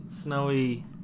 snowy